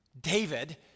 David